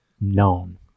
Known